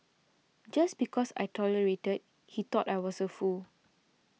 just because I tolerated he thought I was a fool